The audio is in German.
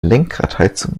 lenkradheizung